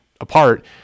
apart